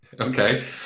Okay